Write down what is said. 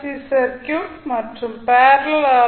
C circuit மற்றும் parallel R